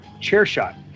ChairShot